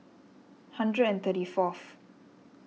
hundred and thirty fourth